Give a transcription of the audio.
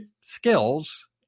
skills